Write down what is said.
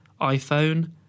iPhone